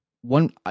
one